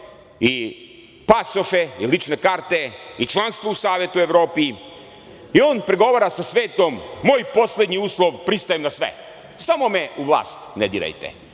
i pasoše i lične karte i članstvo u Savetu Evrope. On pregovara sa svetom, moj poslednji uslov – pristajem na sve, samo me u vlast ne dirajte,